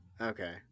Okay